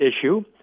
issue